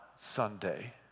Sunday